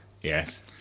Yes